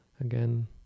again